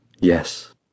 Yes